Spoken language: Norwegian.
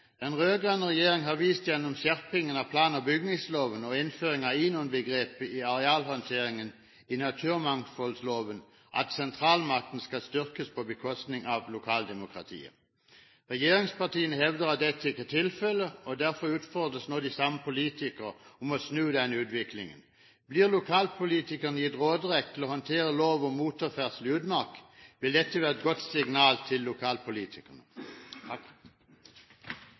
Den rød-grønne regjeringen har vist gjennom skjerpingen av plan- og bygningsloven og innføring av INON-begrepet i arealhåndteringen i naturmangfoldloven at sentralmakten skal styrkes på bekostning av lokaldemokratiet. Regjeringspartiene hevder at dette ikke er tilfellet. Derfor utfordres nå de samme politikerne til å snu denne utviklingen. Blir lokalpolitikerne gitt råderett til å håndtere lov om motorferdsel i utmark, vil dette være et godt signal til lokalpolitikerne.